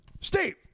Steve